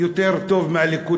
טוב יותר מהליכוד.